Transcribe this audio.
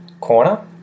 corner